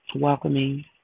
welcoming